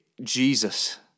Jesus